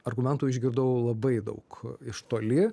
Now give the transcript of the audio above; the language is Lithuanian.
argumentų išgirdau labai daug iš toli